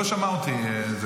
כנסת נכבדה,